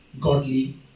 godly